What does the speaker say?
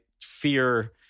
fear